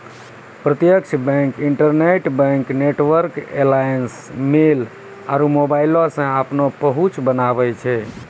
प्रत्यक्ष bank, interbank network alliance, mail आरु मोबाइलो से अपनो पहुंच बनाबै छै